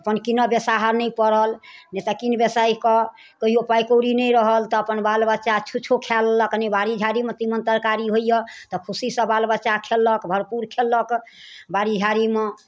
अपन कीनय बेसाहय नहि पड़ल जे से कीन बेसाहि कऽ कहिओ पाइ कौड़ी नहि रहल तऽ अपन बाल बच्चा छुच्छो खाए लेलक कनि बाड़ी झाड़ीमे तीमन तरकारी होइए तऽ खुशीसँ बाल बच्चा खयलक भरपूर खयलक बाड़ी झाड़ीमे